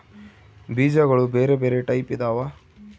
ಬೀಜಗುಳ ಬೆರೆ ಬೆರೆ ಟೈಪಿದವ